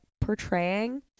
portraying